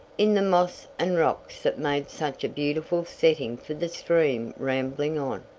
in the moss and rocks that made such a beautiful setting for the stream rambling on,